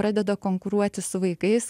pradeda konkuruoti su vaikais